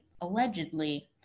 allegedly